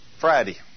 Friday